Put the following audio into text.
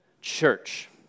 church